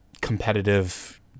competitive